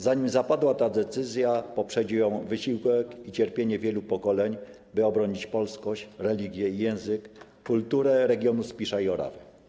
Zanim zapadła ta decyzja, poprzedził ją wysiłek i cierpienie wielu pokoleń, by obronić polskość, religię i język, kulturę regionu Spisza i Orawy.